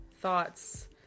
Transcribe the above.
thoughts